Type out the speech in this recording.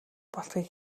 болохыг